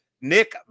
Nick